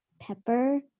pepper